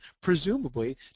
presumably